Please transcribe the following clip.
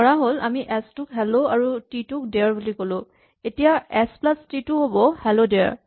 ধৰাহ'ল আমি এচ টোক হেল্ল আৰু টি টোক ডেয়াৰ বুলি ক'লো তেতিয়া এচ প্লাচ টি টো হ'ব হেল্ল ডেয়াৰ